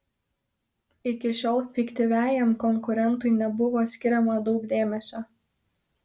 iki šiol fiktyviajam konkurentui nebuvo skiriama daug dėmesio